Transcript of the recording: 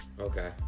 Okay